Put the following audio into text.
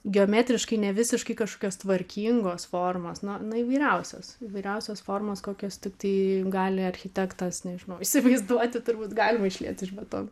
geometriškai nevisiškai kažkokios tvarkingos formos na na įvairiausios įvairiausios formos kokios tiktai gali architektas nežinau įsivaizduoti turbūt galima išlieti iš betono